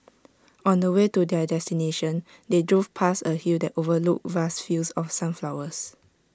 on the way to their destination they drove past A hill that overlooked vast fields of sunflowers